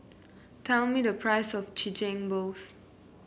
tell me the price of Chigenabe